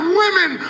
women